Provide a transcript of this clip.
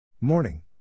Morning